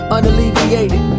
Unalleviated